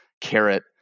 Carrot